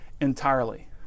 entirely